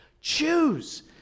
Choose